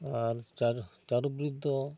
ᱟᱨ ᱪᱟᱨ ᱪᱟᱨᱚ ᱜᱨᱤᱯ ᱫᱚ